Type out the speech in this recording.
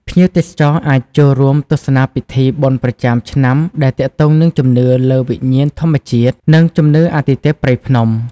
ភ្ញៀវទេសចរអាចចូលរួមទស្សនាពិធីបុណ្យប្រចាំឆ្នាំដែលទាក់ទងនឹងជំនឿលើវិញ្ញាណធម្មជាតិ និង ជំនឿ អាទិទេពព្រៃភ្នំ។